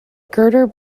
girder